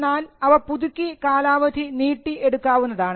എന്നാൽ അവ പുതുക്കി കാലാവധി നീട്ടി എടുക്കാവുന്നതാണ്